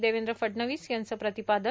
देवेंद्र फडणवीस यांचं प्रतिपादन